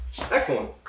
excellent